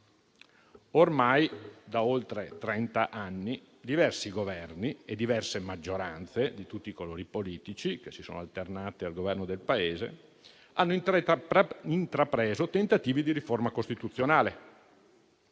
Ormai, da oltre trent'anni diversi Governi e diverse maggioranze di tutti i colori politici che si sono alternati alla guida del Paese hanno intrapreso tentativi di riforma costituzionale.